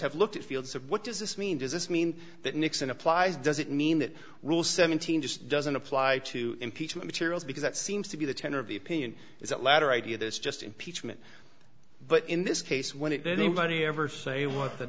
have looked at fields of what does this mean does this mean that nixon applies does it mean that rule seventeen just doesn't apply to impeachment materials because that seems to be the tenor of the opinion is that latter idea is just impeachment but in this case when it did anybody ever say what t